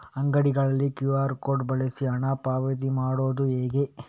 ಅಂಗಡಿಗಳಲ್ಲಿ QR code ಬಳಸಿ ಹಣ ಪಾವತಿ ಮಾಡೋದು ಹೇಗೆ?